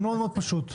מאוד פשוט.